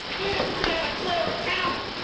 santa clara county,